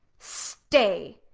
stay,